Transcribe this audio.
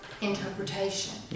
interpretation